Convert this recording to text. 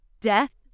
death